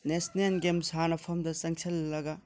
national game ꯁꯥꯟꯅꯐꯝꯗ ꯆꯪꯁꯤꯟꯂꯒ